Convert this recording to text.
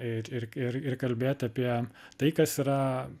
ir ir ir kalbėt apie tai kas yra